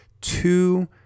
two